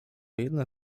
jedna